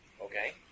Okay